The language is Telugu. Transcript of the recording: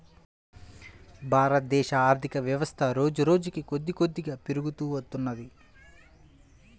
భారతదేశ ఆర్ధికవ్యవస్థ రోజురోజుకీ కొద్దికొద్దిగా పెరుగుతూ వత్తున్నది